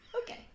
Okay